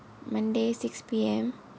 monday six P_M